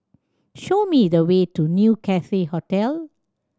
show me the way to New Cathay Hotel